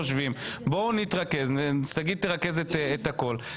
שגית תרכז את הכול.